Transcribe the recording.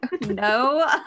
no